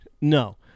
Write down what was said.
no